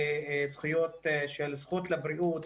הזכות לבריאות,